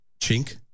Chink